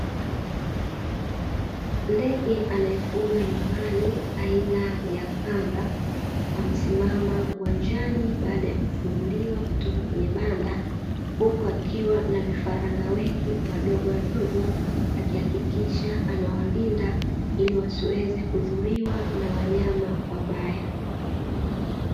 Ndege anayefugwa nyumbani aina ya kanga amesimama uwanjani baada ya kufunguliwa kutoka kwenye banda, huku akiwa na vifaranga wa wengi wadogo wadogo, akihakikisha anawalinda ili wasiweze kudhuliwa na wanyama wabaya.